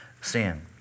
sin